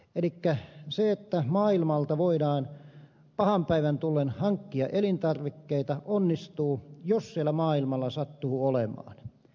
elikkä se että maailmalta voidaan pahan päivän tullen hankkia elintarvikkeita onnistuu jos siellä maailmalla niitä sattuu olemaan